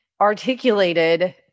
articulated